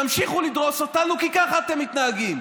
תמשיכו לדרוס אותנו, כי ככה אתם מתנהגים.